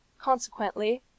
consequently